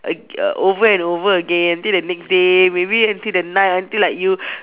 ag~ err over and over again until the next day maybe until the night until you